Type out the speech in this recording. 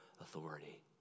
authority